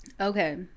Okay